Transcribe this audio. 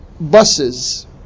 buses